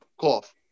Cough